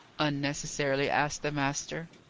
unnecessarily asked the master.